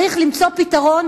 צריך למצוא פתרון.